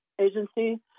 agency